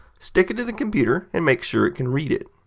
stick it in the computer and make sure it can read it.